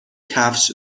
کفش